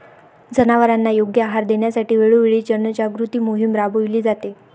जनावरांना योग्य आहार देण्यासाठी वेळोवेळी जनजागृती मोहीम राबविली जाते